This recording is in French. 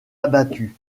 abattus